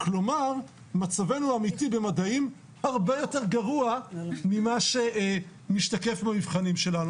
כלומר מצבינו האמיתי במדעים הרבה יותר גרוע ממה משתקף במבחנים שלנו,